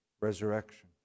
resurrection